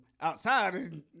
outside